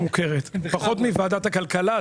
פחות מוועדת הכלכלה,